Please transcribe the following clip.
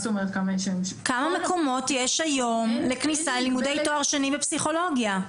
כמה מקומות יש היום לכניסה ללימודי תואר שני בפסיכולוגיה?